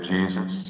Jesus